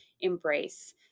embrace